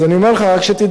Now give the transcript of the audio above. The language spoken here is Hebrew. אז אני אומר לך רק שתדע,